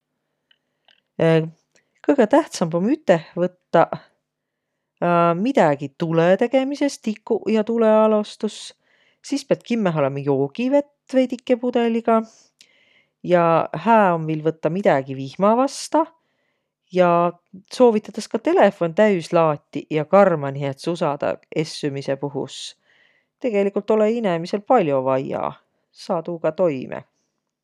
Kõgõ tähtsämb om üteh võttaq midägi tulõ tegeises, tikuq ja tulõalostus, sis piät kimmähe olõma joogivett veidike pudõliga, ja hää om viil võttaq midägi vihma vasta ja soovitõdas ka telefon täüs laatiq ja karmanihe tsusadaq essümise puhus. Tegeligult olõ-õi inemisel pall'o vaia. Saa tuuga toimõ.